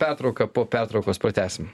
pertrauką po pertaukos pratęsim